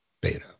beta